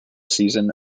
season